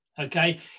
okay